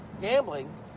Gambling